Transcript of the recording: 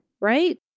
right